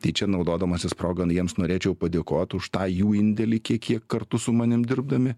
tai čia naudodamasis proga jiems norėčiau padėkot už tą jų indėlį kiek jie kartu su manim dirbdami